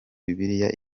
bibiliya